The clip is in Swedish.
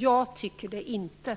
Det tycker inte jag.